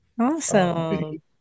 Awesome